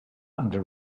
under